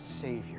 Savior